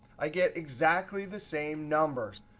i get exactly the same numbers.